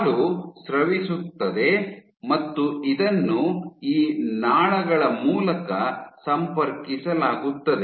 ಹಾಲು ಸ್ರವಿಸುತ್ತದೆ ಮತ್ತು ಇದನ್ನು ಈ ನಾಳಗಳ ಮೂಲಕ ಸಂಪರ್ಕಿಸಲಾಗುತ್ತದೆ